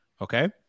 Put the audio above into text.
Okay